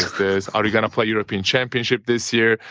this? are we going to play european championship this year?